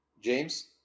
James